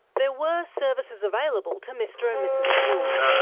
there were services available to mr and mrs puhle.